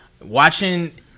Watching